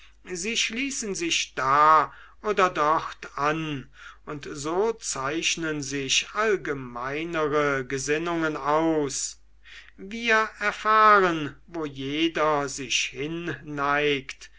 sie schließen sich da oder dort an und so zeichnen sich allgemeinere gesinnungen aus wir erfahren wo jeder sich